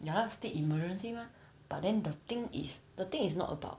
ya lah state emergency mah but then the thing is the thing is not about